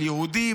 של יהודים,